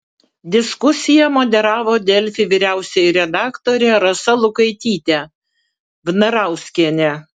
diskusiją moderavo delfi vyriausioji redaktorė rasa lukaitytė vnarauskienė